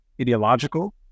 ideological